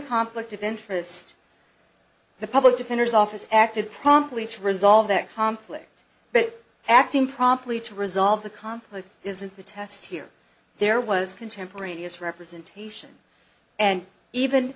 interest the public defender's office acted promptly to resolve that conflict but acting promptly to resolve the conflict isn't the test here there was contemporaneous representation and even